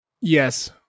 Yes